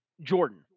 Jordan